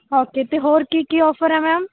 okay ਅਤੇ ਹੋਰ ਕੀ ਕੀ ਆਫਰ ਹੈ ਮੈਮ